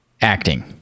acting